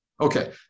Okay